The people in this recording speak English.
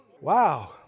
Wow